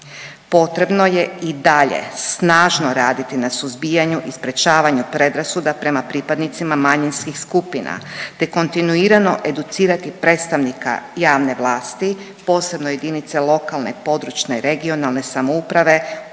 Potrebno je i dalje snažno raditi na suzbijanju i sprječavanju predrasuda prema pripadnicima manjinskih skupina, te kontinuirano educirati predstavnika javne vlasti, posebno JLPRS, odgojno obrazovne radnike